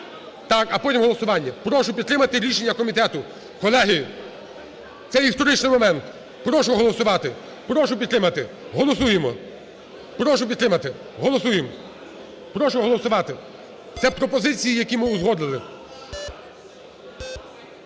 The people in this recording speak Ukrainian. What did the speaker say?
а потім голосування. Прошу підтримати рішення комітету. Колеги, це історичний момент. Прошу голосувати. Прошу підтримати. Голосуємо. Прошу підтримати. Голосуєм. Прошу голосувати. Це пропозиції, які ми узгодили.